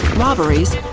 robberies,